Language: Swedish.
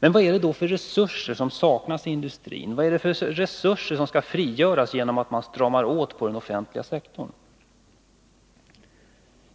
Vad är det då för resurser som saknas i industrin och som skall frigöras genom att man stramar åt på den offentliga sektorn?